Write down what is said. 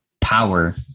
power